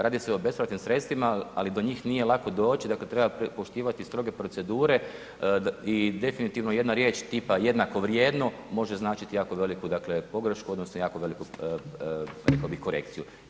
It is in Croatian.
Radi se o bespovratnim sredstvima ali do njih nije lako doći, dakle treba poštivati stroge procedure i definitivno jedna riječ tipa jednako vrijedno može značiti jako veliku dakle pogrešku, odnosno jako veliku rekao bih korekciju.